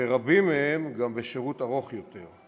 ורבים מהם גם בשירות ארוך יותר.